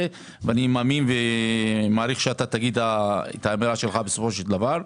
ואני מאמין ומעריך שתגיד את האמירה שלך בסופו של דבר.